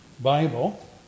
Bible